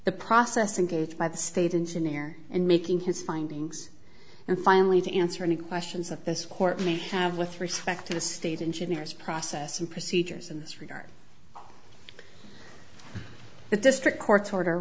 the process and gave by the state into near and making his findings and finally to answer any questions of this court may have with respect to the state engineers process and procedures in this regard the district court's order